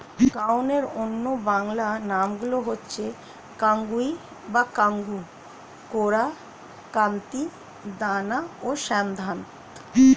কাউনের অন্য বাংলা নামগুলো হচ্ছে কাঙ্গুই বা কাঙ্গু, কোরা, কান্তি, দানা ও শ্যামধাত